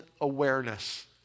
awareness